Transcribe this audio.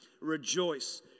Rejoice